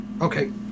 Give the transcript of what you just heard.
Okay